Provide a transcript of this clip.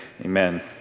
amen